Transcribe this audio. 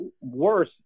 worse